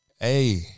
Hey